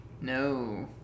No